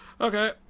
okay